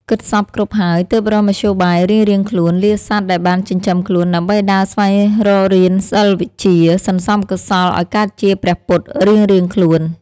គិតសព្វគ្រប់ហើយ ទើបរកមធ្យោបាយរៀងៗខ្លួន លាសត្វដែលបានចិញ្ចឹមខ្លួន ដើម្បីដើរស្វែងរករៀនសិល្បវិជ្ជា សន្សំកុសលអោយកើតជាព្រះពុទ្ធ រៀងៗខ្លួន ។